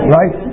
Right